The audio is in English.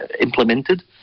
implemented